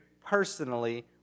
personally